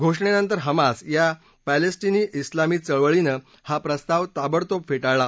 घोषणेनंतर हमास या पॅलेस्टीनी उलामी चळवळीनं हा प्रस्ताव ताबडतोब फेटाळला